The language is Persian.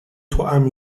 توام